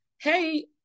Hey